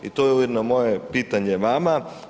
I to je ujedno moje pitanje vama.